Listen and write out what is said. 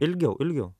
ilgiau ilgiau